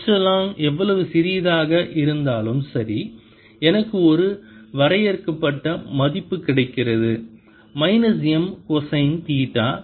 epsilon எவ்வளவு சிறியதாக இருந்தாலும் சரி எனக்கு ஒரு வரையறுக்கப்பட்ட மதிப்பு கிடைக்கிறது மைனஸ் M கொசைன் தீட்டா